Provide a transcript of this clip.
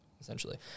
essentially